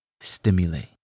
stimulate